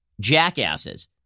jackasses